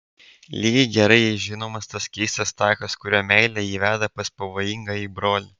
lygiai gerai jai žinomas tas keistas takas kuriuo meilė jį veda pas pavojingąjį brolį